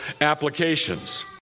applications